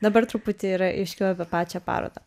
dabar truputį yra aiškiau apie pačią parodą